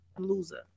Loser